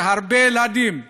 שהרבה ילדים נהרגים.